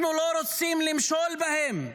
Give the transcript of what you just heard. אנחנו לא רוצים למשול בהם,